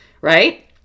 Right